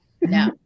No